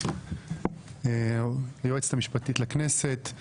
היועצת המשפטית לכנסת.